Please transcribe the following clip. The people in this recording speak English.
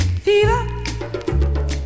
fever